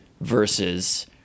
versus